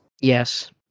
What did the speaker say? yes